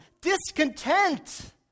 discontent